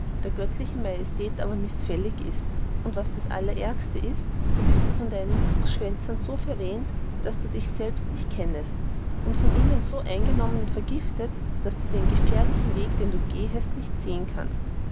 der göttlichen majestät aber mißfällig ist und was das allerärgste ist so bist du von deinen fuchsschwänzern so verwähnt daß du dich selbsten nicht kennest und von ihnen so eingenommen und vergiftet daß du den gefährlichen weg den du gehest nicht sehen kannst